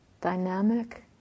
Dynamic